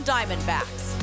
Diamondbacks